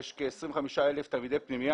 יש כ-25,000 תלמידי פנימייה.